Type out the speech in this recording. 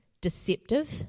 deceptive